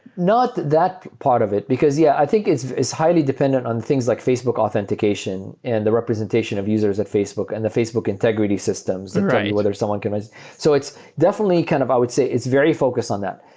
not that part of it, because yeah, i think it's it's highly dependent on things like facebook authentication and the representation of users at facebook and the facebook integrity systems whether someone can so it's definitely kind of i would say it's very focused on that.